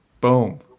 boom